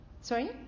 Sorry